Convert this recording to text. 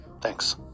Thanks